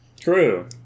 True